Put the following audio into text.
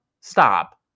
stop